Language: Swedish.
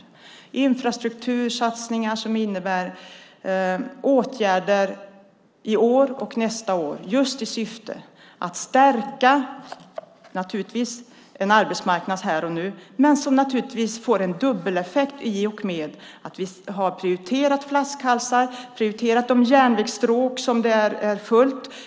Det är infrastruktursatsningar som innebär åtgärder i år och nästa år just i syfte att stärka en arbetsmarknad här och nu naturligtvis, men det får en dubbeleffekt i och med att vi har prioriterat satsningar på flaskhalsar och de järnvägsstråk där det är fullt.